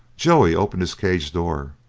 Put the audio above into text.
joey opened his cage-door,